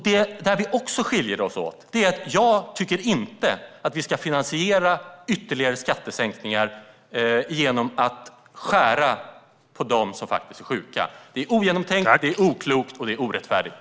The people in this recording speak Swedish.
Där vi också skiljer oss åt är att jag inte tycker att vi ska finansiera ytterligare skattesänkningar genom att skära ned för dem som faktiskt är sjuka. Det är ogenomtänkt, oklokt och orättfärdigt.